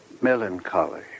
Melancholy